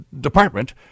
Department